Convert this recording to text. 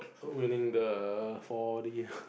winning the four D